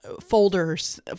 folders